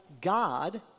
God